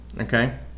Okay